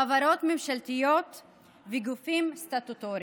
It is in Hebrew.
חברות ממשלתיות וגופים סטטוטוריים.